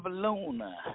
Alone